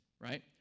right